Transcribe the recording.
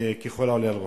ככל העולה על רוחה.